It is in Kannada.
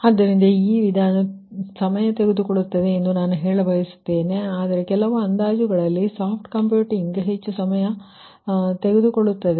ಆದ್ದರಿಂದ ಈ ವಿಧಾನ ಸಮಯ ತೆಗೆದುಕೊಳ್ಳುತ್ತದೆ ಎಂದು ನಾನು ಹೇಳಬಯಸುತ್ತೇನೆ ಆದರೆ ಕೆಲವು ಅಂದಾಜುಗಳಲ್ಲಿ ಸಾಫ್ಟ್ ಕಂಪ್ಯೂಟಿಂಗ್ ತಂತ್ರವು ಜಾಗತಿಕ ಗರಿಷ್ಠತೆಯನ್ನು ನೀಡುತ್ತದೆ ಮತ್ತು ಹೆಚ್ಚು ಸಮಯ ತೆಗೆದುಕೊಳ್ಳುತ್ತದೆ